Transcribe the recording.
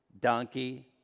donkey